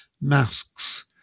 masks